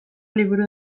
liburu